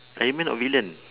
iron man not villain